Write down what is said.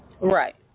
right